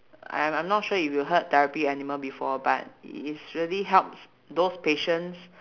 I'm I'm not sure if you heard therapy animal before but it is really helps those patients